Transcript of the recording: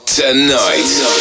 tonight